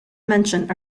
mention